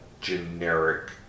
generic